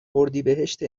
اردیبهشت